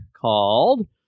called